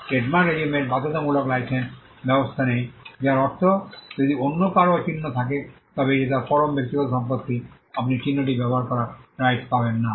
trademark রেজিমের বাধ্যতামূলক licence ব্যবস্থা নেই যার অর্থ যদি অন্য কারও চিহ্ন থাকে তবে এটি তার পরম ব্যক্তিগত সম্পত্তি আপনি চিহ্নটি ব্যবহার করার রাইটস পাবেন না